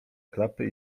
klapy